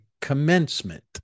commencement